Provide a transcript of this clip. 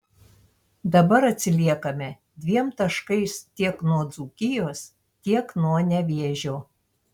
dabar atsiliekame dviem taškais tiek nuo dzūkijos tiek nuo nevėžio